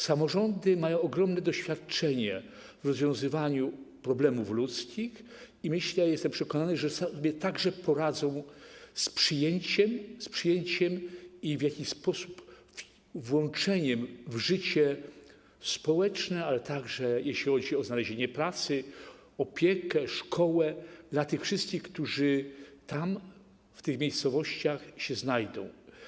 Samorządy mają ogromne doświadczenie w rozwiązywaniu problemów ludzkich i myślę, jestem przekonany, że także sobie poradzą z przyjęciem i w jakiś sposób włączeniem w życie społeczne, ale także jeśli chodzi o znalezienie pracy, opiekę, szkołę dla tych wszystkich, którzy w tych miejscowościach się znajdą.